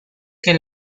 que